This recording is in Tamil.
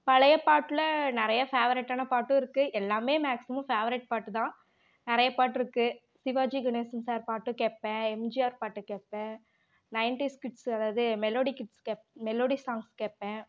பழைய பாட்டில் நிறைய ஃபேவரைட்டான பாட்டும் இருக்கு எல்லாம் மேக்சிமம் ஃபேவரெட் பாட்டு தான் நிறைய பாட்டுயிருக்கு சிவாஜி கணேசன் சார் பாட்டும் கேட்பேன் எம்ஜிஆர் பாட்டு கேட்பேன் நைன்டிஸ் கிட்ஸ் அதாவது மெலோடி கிட்ஸ் மெலோடி சாங்ஸ் கேட்பேன்